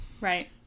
Right